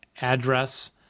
address